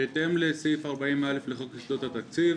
בהתאם לסעיף 40(א) לחוק יסודות התקציב,